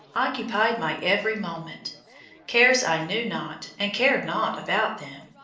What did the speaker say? occupied my every moment cares i knew not and cared naught about them.